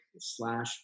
slash